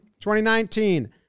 2019